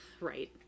right